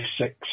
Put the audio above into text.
six